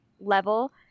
level